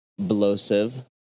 Blowsive